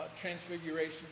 Transfiguration